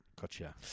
Gotcha